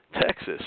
Texas